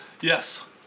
yes